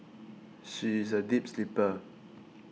she is a deep sleeper